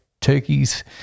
turkeys